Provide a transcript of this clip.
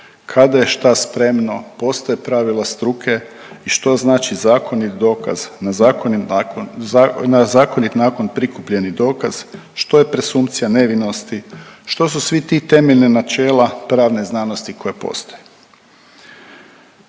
kada je šta spremno, postoje pravila struke i što znači zakonit dokaz na zakonit nakon, na zakonit nakon prikupljeni dokaz, što je presumpcija nevinosti, što su svi ti temeljni načela pravne znanosti koje postoje.